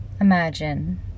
imagine